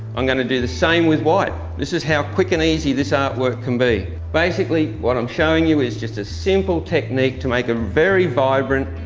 i'm going to do the same with white this is how quick and easy this art work can be. basically what i'm showing you is just a simple technique to make a very vibrant,